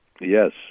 Yes